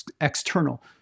external